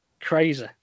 crazy